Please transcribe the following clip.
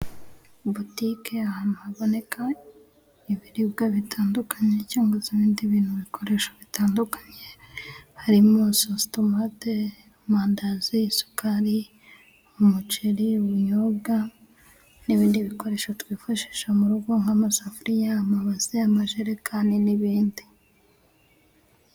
Butique ahantu haboneka ibiribwa bitandukanye cyangwa se ibindi bikoresho bitandukanye. Harimo sositomate, amandazi, isukari, umuceri ibinyobwa n'ibindi bikoresho twifashisha mu rugo, nk'amasafuriya amabase, amajerekani n'ibindi.